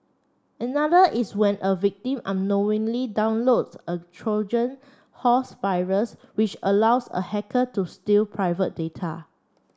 another is when a victim unknowingly downloads a Trojan horse virus which allows a hacker to steal private data